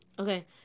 Okay